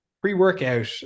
pre-workout